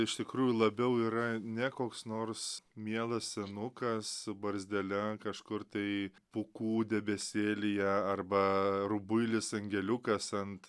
iš tikrųjų labiau yra ne koks nors mielas senukas barzdele kažkur tai pūkų debesėlyje arba rubuilis angeliukas ant